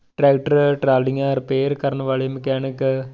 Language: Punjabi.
ਟਰੈਕਟਰ ਟਰਾਲੀਆਂ ਰਿਪੇਅਰ ਕਰਨ ਵਾਲੇ ਮਕੈਨਿਕ